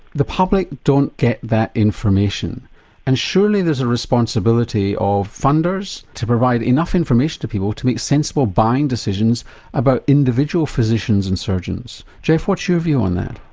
the public don't get that information and surely there's a responsibility of funders to provide enough information to people to make sensible buying decisions about individual physicians and surgeons. geoff what's your view on that?